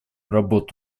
работу